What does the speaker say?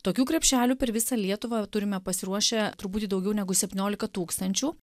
tokių krepšelių per visą lietuvą turime pasiruošę truputį daugiau negu septyniolika tūkstančių